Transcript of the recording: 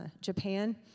Japan